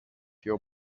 your